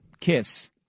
Kiss